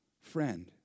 friend